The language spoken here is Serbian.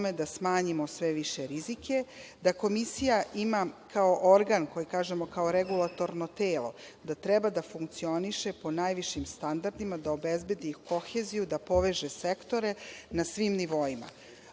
da smanjimo sve više rizike. Da Komisija ima kao organ, koje kažemo kao regulatorno telo, da treba da funkcioniše po najvišim standardima da obezbedi koheziju, da poveže sektore na svim nivoima. Ono